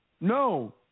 no